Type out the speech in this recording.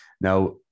Now